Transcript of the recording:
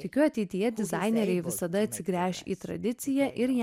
tikiu ateityje dizaineriai visada atsigręš į tradiciją ir ją